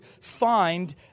find